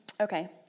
Okay